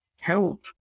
help